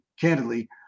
candidly